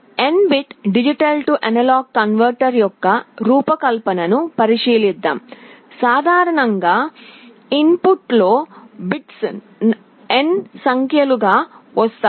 N bit D A converter యొక్క రూపకల్పనను పరిశీలిద్దాం సాధారణంగా ఇన్పుట్లో బిట్స్ n సంఖ్యలు వస్తాయి